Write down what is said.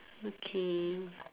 okay